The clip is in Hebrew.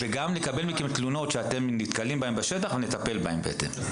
אנחנו גם נשמח לקבל תלונות שאתם מקבלים בשטח כדי שנוכל לטפל בהן בהתאם.